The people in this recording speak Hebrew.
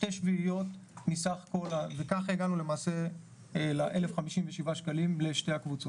2/7 מסך הכול וכך הגענו ל-1,057 שקלים לשתי הקבוצות.